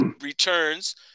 returns